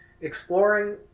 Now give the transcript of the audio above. exploring